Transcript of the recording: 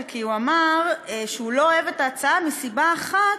זו הבושה,